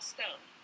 Stone